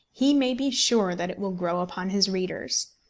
he may be sure that it will grow upon his readers.